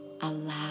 Allow